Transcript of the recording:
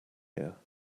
here